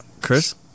Chris